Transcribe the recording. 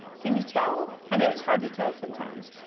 can you tell? i know it was hard to tell sometimes.